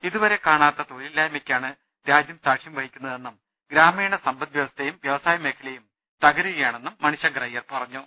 ഇതുവരെ കാണാത്ത തൊഴിലില്ലായ്മയ്ക്കാണ് രാജ്യം സാക്ഷ്യം വഹിക്കുന്നതെന്നും ഗ്രാമീണ സമ്പദ് വൃവസ്ഥയും വൃവസായമേഖലയും തകരുകയാണെന്നും മണിശങ്കർ അയ്യർ പറഞ്ഞു